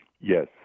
Yes